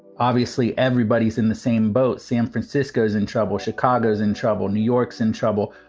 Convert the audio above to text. obviously, everybody's in the same boat. san francisco's in trouble. chicago's in trouble. new york's in trouble.